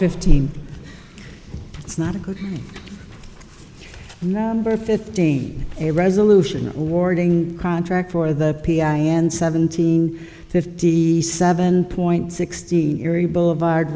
fifteen it's not a good number of fifteen a resolution awarding contract for the p i and seventeen fifty seven point sixteen erie boulevard